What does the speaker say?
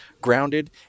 Grounded